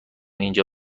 اینجا